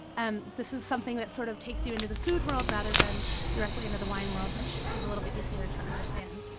and this is something that sort of takes you into the food world rather than directly into the wine world, which is a little bit easier to understand.